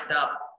up